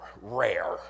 rare